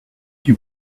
you